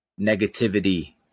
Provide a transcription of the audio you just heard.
negativity